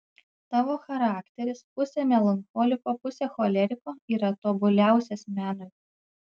tavo charakteris pusė melancholiko pusė choleriko yra tobuliausias menui